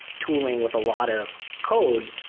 tooling with a lot of code,